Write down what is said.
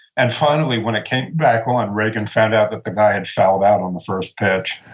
and finally when it came back on, reagan found out that the guy had fouled out on the first pitch